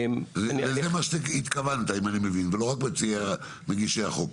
לזה התכוונת, אם אני מבין, ולא רק מגישי החוק.